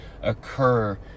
occur